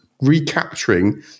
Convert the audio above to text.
recapturing